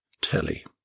telly